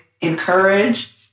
encourage